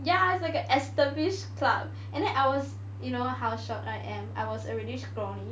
ya is like a established club and then I was you know how short I am I was already scrawny